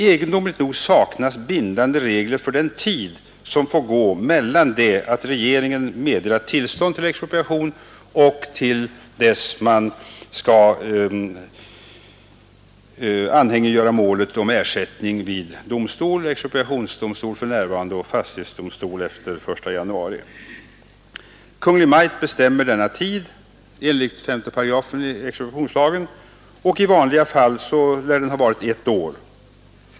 Egendomligt nog saknas bindande regler för den tid som får gå mellan det att regeringen meddelat tillstånd till expropriation och till dess man skall anhängiggöra målet om ersättning vid domstol, expropriationsdomstol för närvarande och fastighetsdomstol efter den 1 januari. Kungl. Maj:t bestämmer denna tid enligt 5 §i expropriationslagen, och i vanliga fall lär den ha varit ett år.